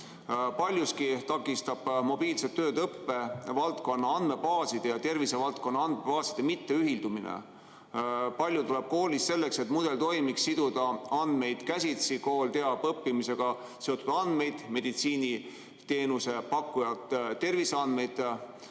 Paljuski takistab mobiilset tööd õppevaldkonna andmebaaside ja tervisevaldkonna andmebaaside mitteühildumine. Koolis tuleb selleks, et mudel toimiks, palju siduda andmeid käsitsi. Kool teab õppimisega seotud andmeid, meditsiiniteenuse pakkujad terviseandmeid,